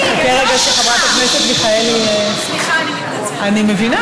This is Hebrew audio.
נחכה רגע שחברת הכנסת מיכאלי, אני מבינה.